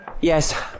Yes